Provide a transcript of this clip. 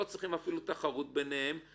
לא צריכים אפילו תחרות ביניהם,